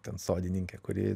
ten sodininkė kuri